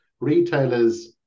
retailers